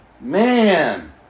man